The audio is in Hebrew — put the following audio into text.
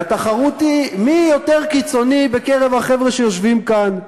והתחרות היא מי יותר קיצוני בקרב החבר'ה שיושבים כאן.